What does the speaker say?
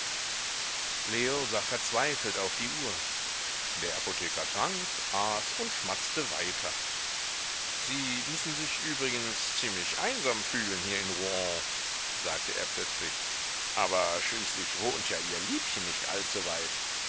leo sah verzweifelt auf die uhr der apotheker trank aß und schmatzte weiter sie müssen sich übrigens ziemlich einsam fühlen hier in rouen sagte er plötzlich aber schließlich wohnt ja ihr liebchen nicht